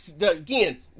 again